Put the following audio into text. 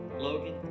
Logan